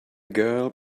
girl